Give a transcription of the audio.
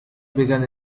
begun